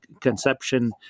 Conception